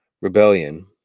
rebellion